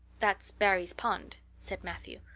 that's barry's pond, said matthew.